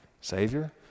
Savior